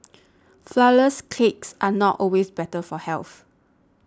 Flourless Cakes are not always better for health